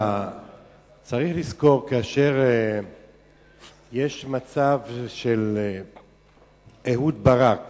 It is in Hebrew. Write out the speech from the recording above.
צריך לזכור שכאשר יש מצב של אהוד ברק